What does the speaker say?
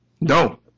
No